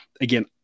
again